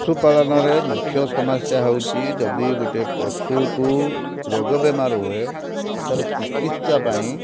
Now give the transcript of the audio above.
ପଶୁ ପାଳନରେ ମୁଖ୍ୟ ସମସ୍ୟା ହେଉଛି ଯଦି ଗୋଟେ ପଶୁକୁ ରୋଗ ବେମାର ହୁଏ ତା'ର ଚିକିତ୍ସା ପାଇଁ